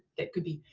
that could be,